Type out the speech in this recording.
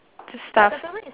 stuff